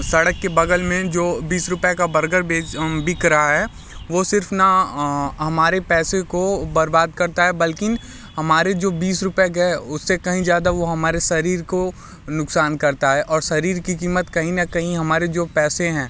सड़क के बगल में जो बीस रूपये का बर्गर बेच बिक रहा है वो सिर्फ़ ना हमारे पैसे को बर्बाद करता है बल्कि हमारे जो बीस रूपये गए उससे कहीं ज़्यादा वो हमारे शरीर को नुक़सान करता है और शरीर की कीमत कहीं ना कहीं हमारे जो पैसे हैं